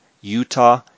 Utah